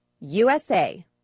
USA